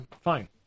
Fine